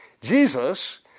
Jesus